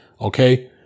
okay